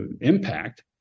impact